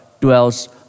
dwells